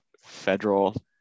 federal